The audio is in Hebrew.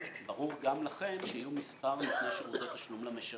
ברור גם לכם שיהיו מספר נותני שירותי תשלום למשלם.